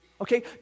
Okay